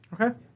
Okay